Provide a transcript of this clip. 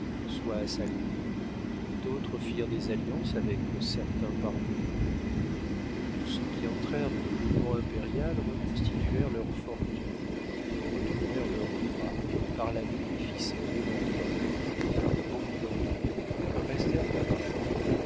soit à sa cour d'autres firent des alliances avec certains parvenus tous ceux qui entrèrent dans le mouvement impérial reconstituèrent leurs fortunes et retrouvèrent leurs bois par la munificence de l'empereur beaucoup d'entre eux restèrent à paris